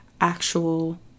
actual